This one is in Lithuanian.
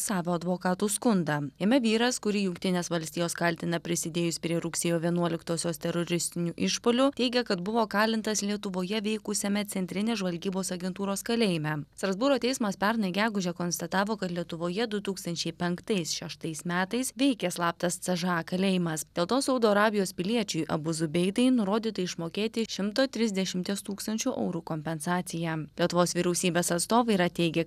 savo advokatų skundą jame vyras kurį jungtinės valstijos kaltina prisidėjus prie rugsėjo vienuoliktosios teroristinių išpuolių teigia kad buvo kalintas lietuvoje veikusiame centrinės žvalgybos agentūros kalėjime strasbūro teismas pernai gegužę konstatavo kad lietuvoje du tūkstančiai penktais šeštais metais veikė slaptas c ž a kalėjimas dėl to saudo arabijos piliečiui abuzui beitai nurodyta išmokėti šitą trisdešimties tūkstančių eurų kompensaciją lietuvos vyriausybės atstovai yra teigę